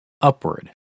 upward